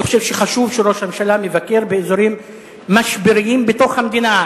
אני חושב שחשוב שראש הממשלה מבקר באזורים משבריים בתוך המדינה.